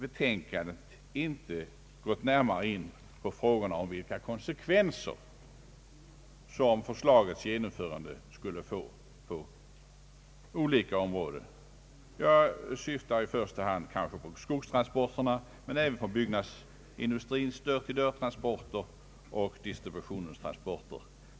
Betänkandet klarlägger inte närmare vilka konsekvenser som förslagets genomförande skulle få på olika områden. Jag syftar i första hand på konsekvenserna för skogstransporterna, där någon konkurrens med SJ inte förekommer, men även på konsekvenserna för <byggnadsindustrins dörr-till-dörr-transporter och varudistributionens transport. Den yrkesmässiga lastbilstrafikens utövare har här ökat sin transportandel de senaste åren.